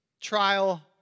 trial